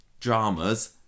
dramas